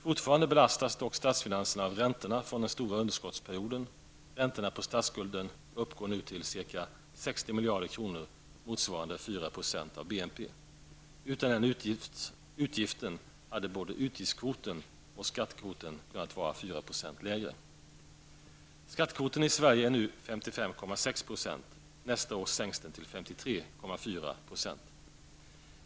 Fortfarande belastas dock statsfinanserna av räntorna från den stora underskottsperioden. Räntorna på statsskulden uppgår nu till 60 miljarder kronor, motsvarande 4 % av BNP. Utan den utgiften hade både utgiftskvoten och skattekvoten varit 4 % lägre. Skattekvoten i Sverige är nu 55,6 %. Nästa år sänks den till 53,4 %.